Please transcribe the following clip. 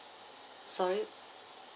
sorry